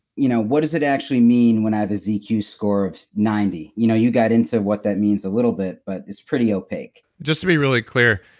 you know what does it actually mean when i have a zq score of ninety? you know you got into what that means a little bit but it's pretty opaque just to be really clear,